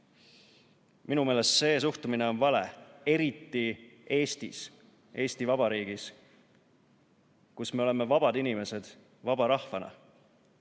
Minu meelest on see suhtumine vale, eriti Eestis, Eesti Vabariigis, kus me oleme vabad inimesed vaba rahvana.